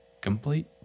Complete